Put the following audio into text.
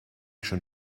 schon